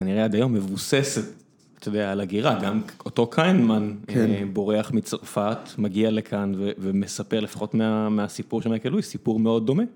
כנראה עד היום מבוססת, ת'יודע, על הגירה, גם אותו קיינמן בורח מצרפת, מגיע לכאן ומספר לפחות מהסיפור של מייקל לואיס, סיפור מאוד דומה.